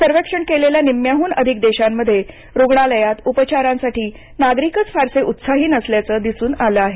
सर्वेक्षण केलेल्या निम्म्याहून अधिक देशांमध्येरुग्णालयात उपचारांसाठी नागरिकच फारसे उत्साही नसल्याचं दिसून आलं आहे